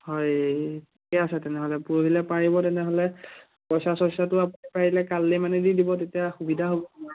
হয় ঠিকে আছে তেনেহ'লে পৰহিলৈ পাৰিব তেনেহ'লে পইচা চইচাটো আপুনি পাৰিলে মানে কাইলৈ দি দিব তেতিয়া সুবিধা হ'ব